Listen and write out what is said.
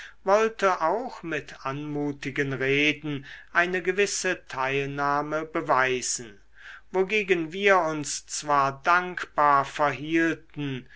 wollte auch mit anmutigen reden eine gewisse teilnahme beweisen wogegen wir uns zwar dankbar verhielten